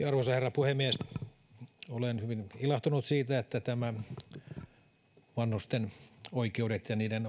arvoisa herra puhemies olen hyvin ilahtunut siitä että vanhusten oikeudet ja niiden